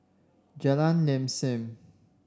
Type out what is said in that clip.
Jalan Lam Sam